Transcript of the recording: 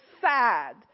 sad